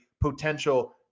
potential